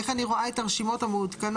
איך אני רואה את הרשימות המעודכנות?